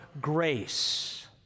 grace